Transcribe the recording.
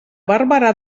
barberà